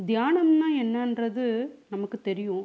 தியானம்னா என்னான்றது நமக்கு தெரியும்